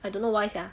I don't know why sia